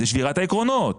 זה שבירת העקרונות.